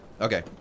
Okay